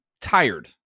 tired